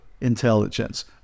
intelligence